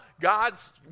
God's